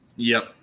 yeah.